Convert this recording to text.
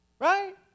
Right